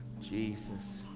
jesus.